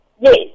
Yes